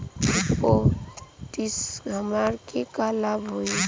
डिपाजिटसे हमरा के का लाभ होई?